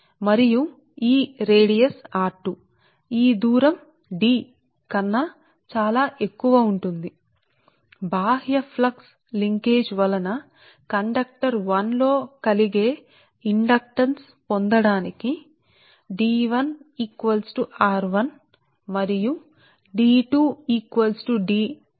అంటే ఈ దూరం D దూరం r1కన్నా చాలా ఎక్కువ ఈ కండక్టర్ యొక్క వ్యాసార్థం r1 మరియు ఈ వ్యాసార్థం r2 ఈ విధంగా బాహ్య ఫ్లక్స్ లింకేజ్ ప్రతిక్షేపించడం వలన కండక్టర్ 1 యొక్క ఇండక్టెన్స్ పొందటానికి D1r1 కు సమానం మరియు D2 సమీకరణం 26 లో D కి సమానం అంటే ఈ సమీకరణం అంటే ఈ సమీకరణం లో దీని నుండి మీకు తెలుసునని నేను మీకు చెప్పాను